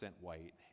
white